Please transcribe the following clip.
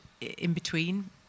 in-between